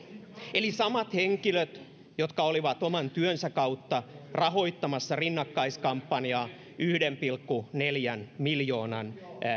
eli samat henkilöt jotka olivat oman työnsä kautta rahoittamassa rinnakkaiskampanjaa yhden pilkku neljän miljoonan